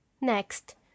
Next